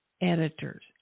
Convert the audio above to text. editors